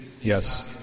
yes